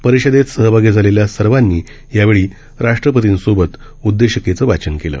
परिषदेत सहभागी झालेल्या सर्वांनी यावेळी राष्ट्रपतींसोबत उद्देशिकेचं वाचन केलं